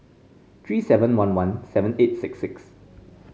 three seven one one seven eight six six